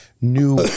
new